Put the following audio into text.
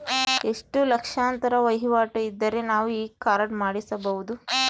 ಎಷ್ಟು ಲಕ್ಷಾಂತರ ವಹಿವಾಟು ಇದ್ದರೆ ನಾವು ಈ ಕಾರ್ಡ್ ಮಾಡಿಸಬಹುದು?